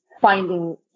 finding